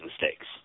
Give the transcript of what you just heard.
mistakes